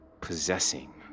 possessing